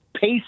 pace